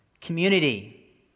community